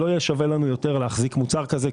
לא יהיה לנו שווה יותר להחזיק מוצר כזה,